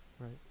Right